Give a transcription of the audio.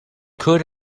could